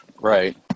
Right